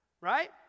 Right